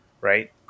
right